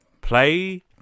play